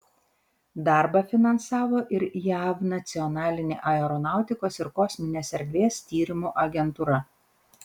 darbą finansavo ir jav nacionalinė aeronautikos ir kosminės erdvės tyrimų agentūra